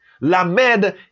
Lamed